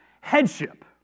headship